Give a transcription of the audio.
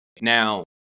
Now